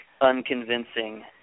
unconvincing